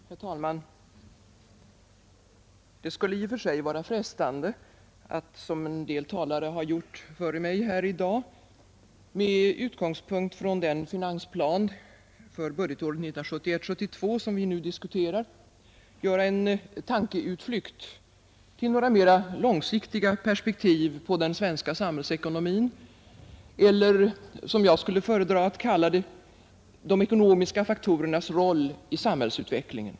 Herr talman! Det skulle i och för sig vara frestande att, som en del talare före mig har gjort, med utgångspunkt i den finansplan för budgetåret 1971/72 som vi nu diskuterar göra en tankeutflykt till några mera långsiktiga perspektiv på den svenska samhällsekonomin eller, som jag skulle föredra att kalla det, de ekonomiska faktorernas roll i samhällsutvecklingen.